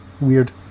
weird